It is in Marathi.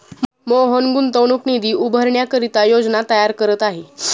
मोहन गुंतवणूक निधी उभारण्याकरिता योजना तयार करत आहे